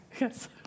Yes